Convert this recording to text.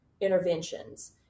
interventions